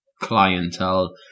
clientele